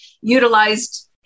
utilized